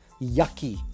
yucky